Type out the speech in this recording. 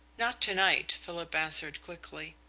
not to-night, philip answered quickly.